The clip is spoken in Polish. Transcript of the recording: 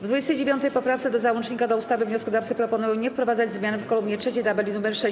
W 29. poprawce do załącznika do ustawy wnioskodawcy proponują nie wprowadzać zmiany w kolumnie trzeciej tabeli nr 6.